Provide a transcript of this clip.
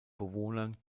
bewohnern